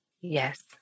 Yes